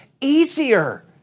easier